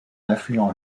affluent